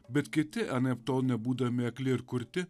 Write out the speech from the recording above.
bet kiti anaiptol nebūdami akli ir kurti